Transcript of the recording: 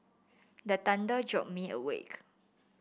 the thunder jolt me awake